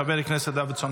חבר הכנסת דוידסון,